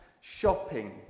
shopping